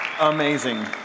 Amazing